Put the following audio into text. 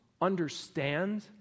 understand